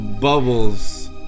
bubbles